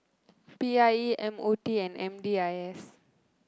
P I E M O T and M D I S